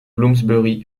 bloomsbury